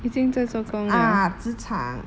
ah 资产